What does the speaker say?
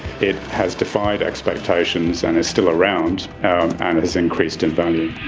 it has defied expectations and is still around and has increased in value.